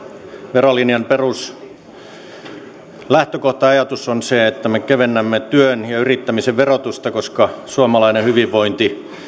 verolinjan peruslähtökohta ajatus on se että me kevennämme työn ja yrittämisen verotusta koska suomalainen hyvinvointi